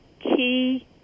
key